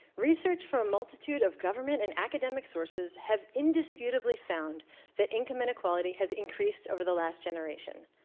research from a multitude of government and academic sources have indisputably found that income inequality has increased over the last generation.